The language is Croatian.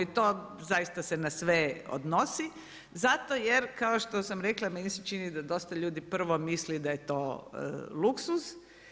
I to zaista se na sve odnosi zato jer kao što sam rekla meni se čini da dosta ljudi prvo misli da je to luksuz.